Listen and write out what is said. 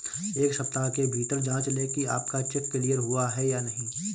एक सप्ताह के भीतर जांच लें कि आपका चेक क्लियर हुआ है या नहीं